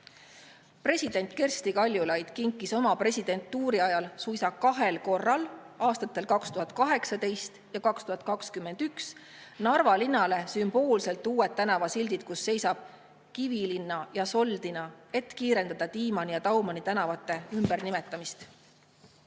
President Kersti Kaljulaid kinkis oma presidentuuri ajal suisa kahel korral, aastatel 2018 ja 2021, Narva linnale sümboolselt uued tänavasildid, kus seisavad Kivilinna ja Soldino, et kiirendada Tiimanni ja Daumani tänava ümbernimetamist.